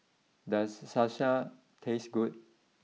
does Salsa taste good